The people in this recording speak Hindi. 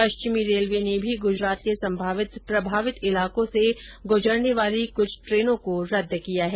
पश्चिम रेलवे ने भी गुजरात के संभावित प्रभावित इलाकों से गुजरने वाली कुछ ट्रेनों को रद्द किया है